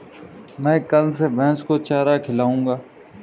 मैं कल से भैस को चारा खिलाऊँगा